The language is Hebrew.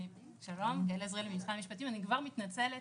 אני כבר מתנצלת,